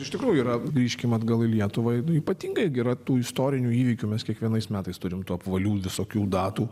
iš tikrųjų yra grįžkim atgal į lietuvą nu ypatingai gi yra tų istorinių įvykių mes kiekvienais metais turim tų apvalių visokių datų